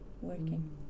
working